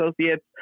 associates